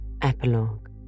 Epilogue